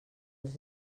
els